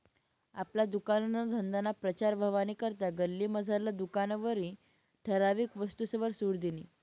आपला दुकानना धंदाना प्रचार व्हवानी करता गल्लीमझारला दुकानदारनी ठराविक वस्तूसवर सुट दिनी